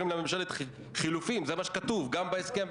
אני קורא לך לסדר בפעם הראשונה.